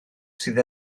sydd